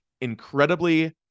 incredibly